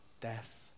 death